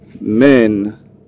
men